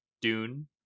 Dune